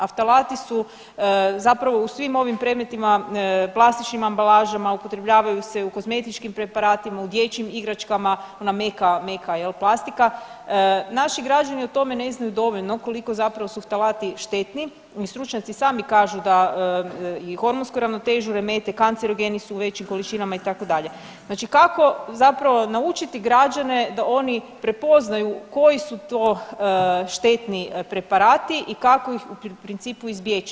Aftalati su zapravo u svim ovim predmetima, plastičnim ambalažama, upotrebljavaju se u kozmetičkim preparatima, u dječjim igračkama, ona meka, meka jel plastika, naši građani o tome ne znaju dovoljno koliko zapravo su aftalati štetni i stručnjaci sami kažu da i hormonsku ravnotežu remete, kancerogeni su u većim količinama itd., znači kako zapravo naučiti građane da oni prepoznaju koji su to štetni preparati i kako ih u principu izbjeći.